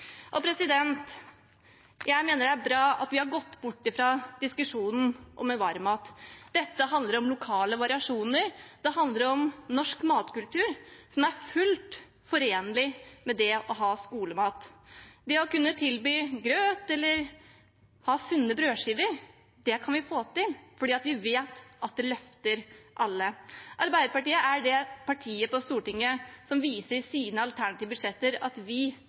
Jeg mener det er bra at vi har gått bort fra diskusjonen om varm mat. Dette handler om lokale variasjoner. Det handler om norsk matkultur, som er fullt forenlig med det å ha skolemat. Det å kunne tilby grøt eller ha sunne brødskiver kan vi få til, fordi vi vet at det løfter alle. Arbeiderpartiet er det partiet på Stortinget som i sine alternative budsjetter viser at de prioriterer skolemat. Vi